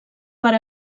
per